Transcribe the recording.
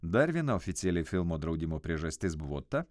dar viena oficiali filmo draudimo priežastis buvo ta